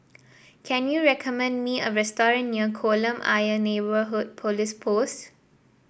can you recommend me a restaurant near Kolam Ayer Neighbourhood Police Post